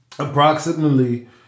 Approximately